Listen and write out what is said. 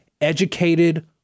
educated